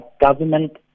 government